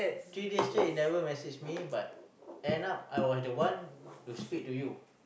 three days straight you never message me end up I was the one to speak to you